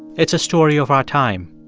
it's a story of our time.